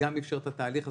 שגם אפשר את התהליך הזה.